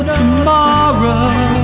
tomorrow